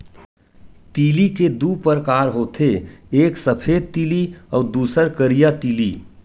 तिली के दू परकार होथे एक सफेद तिली अउ दूसर करिया तिली